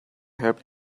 helped